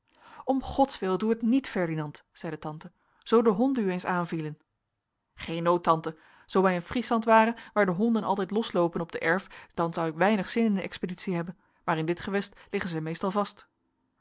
om gods wil doe het niet ferdinand zeide tante zoo de honden u eens aanvielen geen nood tante zoo wij in friesland waren waar de honden altijd losloopen op de werf dan zou ik weinig zin in de expeditie hebben maar in dit gewest liggen zij meestal vast